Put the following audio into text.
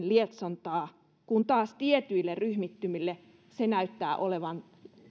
lietsontaa kun taas tietyille ryhmittymille se näyttää olevan